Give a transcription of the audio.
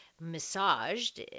massaged